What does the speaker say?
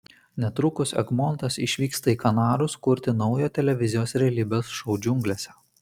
netrukus egmontas išvyksta į kanarus kurti naujo televizijos realybės šou džiunglėse